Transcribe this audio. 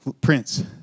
prince